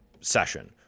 session